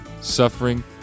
suffering